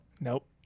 Nope